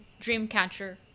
Dreamcatcher